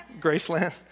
Graceland